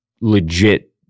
legit